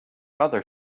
other